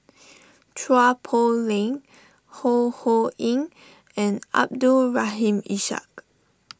Chua Poh Leng Ho Ho Ying and Abdul Rahim Ishak